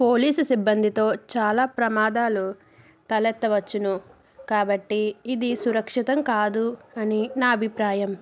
police సిబ్బందితో చాలా ప్రమాదాలు తలెత్తవచ్చును కాబట్టి ఇది సురక్షితం కాదు అని నా అభిప్రాయం